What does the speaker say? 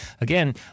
Again